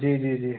जी जी जी